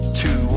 two